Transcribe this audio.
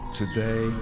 today